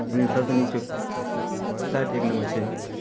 लेकिन सभसँ नीक छै फ्लाइट एक नंबर छै